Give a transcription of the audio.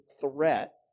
threat